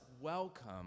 welcome